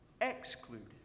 excluded